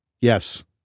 Yes